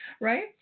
Right